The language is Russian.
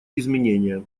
изменения